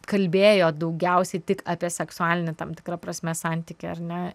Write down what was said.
kalbėjo daugiausiai tik apie seksualinį tam tikra prasme santykį ar ne